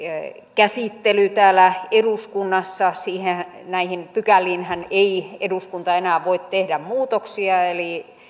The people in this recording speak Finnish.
käsittely täällä eduskunnassa näihin pykäliinhän ei eduskunta enää voi tehdä muutoksia eli